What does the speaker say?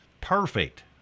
Perfect